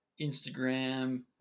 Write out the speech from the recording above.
Instagram